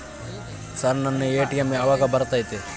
Sir ನನ್ನ ATM ಯಾವಾಗ ಬರತೈತಿ?